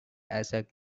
isaac